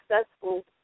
successful